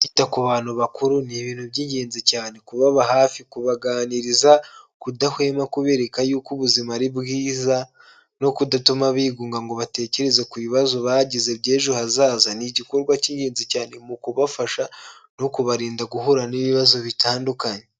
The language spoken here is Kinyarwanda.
Kwita ku bantu bakuru ni ibintu by'ingenzi cyane, kubaba hafi, kubaganiriza, kudahwema kubereka yuko ubuzima ari bwiza no kudatuma bigunga ngo batekereze ku bibazo bagize by'ejo hazaza, ni igikorwa cy'ingenzi cyane mu kubafasha no kubarinda guhura n'ibibazo bitandukanye.